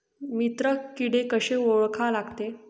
मित्र किडे कशे ओळखा लागते?